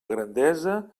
grandesa